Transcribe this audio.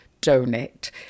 donate